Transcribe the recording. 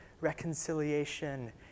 reconciliation